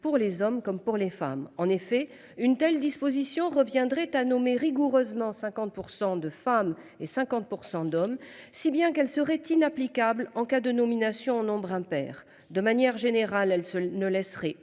pour les hommes comme pour les femmes en effet une telle disposition reviendrait à nommer rigoureusement 50% de femmes et 50% d'hommes. Si bien qu'elle serait inapplicable en cas de nomination en nombre impair de manière générale, elle ne laisserait